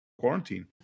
quarantine